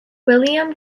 william